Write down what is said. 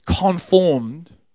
conformed